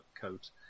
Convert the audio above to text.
coat